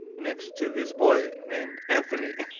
next to this boy named anthony.